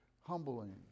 humbling